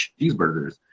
cheeseburgers